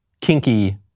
kinky